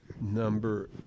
Number